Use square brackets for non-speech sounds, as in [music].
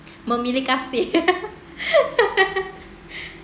memilih kasih [laughs]